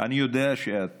אני יודע שאת